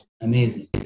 amazing